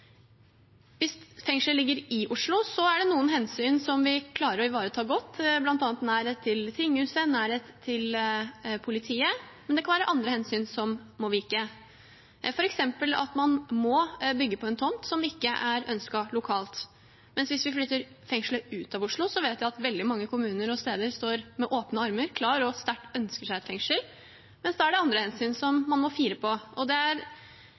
Hvis fengselet ligger i Oslo, er det noen hensyn som vi klarer å ivareta godt, bl.a. nærhet til tinghuset, nærhet til politiet, men det kan være andre hensyn som må vike, f.eks. at man må bygge på en tomt som ikke er ønsket lokalt. Hvis vi flytter fengselet ut av Oslo, vet jeg at veldig mange kommuner og steder står klare med åpne armer og sterkt ønsker seg et fengsel, men da er det andre hensyn som man må fire på. Det er sånn i mange politiske saker, og spesielt denne, at det er